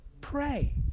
pray